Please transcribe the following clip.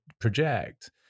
project